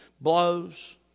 blows